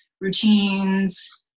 routines